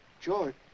George